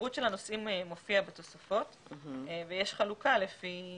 הפירוט של הנושאים מופיע בתוספות, ויש חלוקה לפי